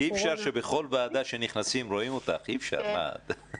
אבל זה אומר שמה שנעשה עד עכשיו נעשה נכון.